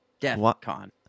DeathCon